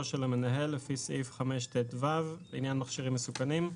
של המנהל לפי סעיף 5טו לעניין מכשירים מסוכנים".